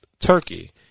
Turkey